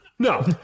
No